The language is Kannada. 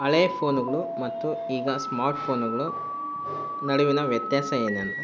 ಹಳೆ ಫೋನುಗಳು ಮತ್ತು ಈಗ ಸ್ಮಾರ್ಟ್ ಫೋನುಗಳು ನಡುವಿನ ವ್ಯತ್ಯಾಸ ಏನಂದರೆ